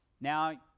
Now